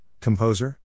composer